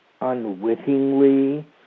unwittingly